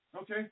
Okay